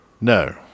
No